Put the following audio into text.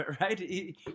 right